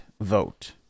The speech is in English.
vote